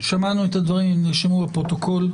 שמענו את הדברים והם נרשמו בפרוטוקול.